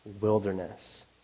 wilderness